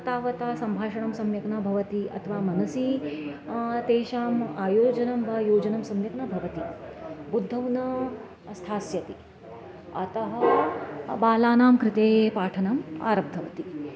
तावत् सम्भाषणं सम्यक् न भवति अथवा मनसि तेषाम् आयोजनं वा योजनं सम्यक् न भवति बुद्धौ न स्थास्यति अतः बालानां कृते पाठनम् आरब्धवती